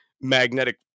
magnetic